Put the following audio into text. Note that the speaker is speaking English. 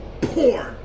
porn